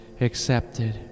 accepted